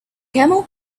camel